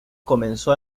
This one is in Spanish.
comenzó